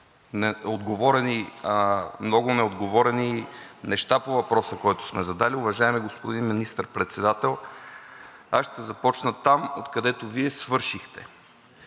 много неотговорени неща по въпроса, който сме задали. Уважаеми господин Министър-председател, аз ще започна оттам, откъдето Вие започнахте.